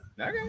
Okay